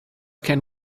can